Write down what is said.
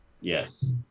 Yes